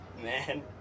man